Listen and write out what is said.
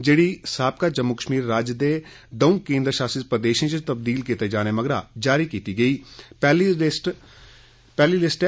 जेड़ी साबिका जम्मू कश्मीर राज्य दे द'ऊं केन्द्र शासित प्रदेशें इच तबदील कीते जाने मगरा जारी कीती गेदी पैहली लिस्ट ऐ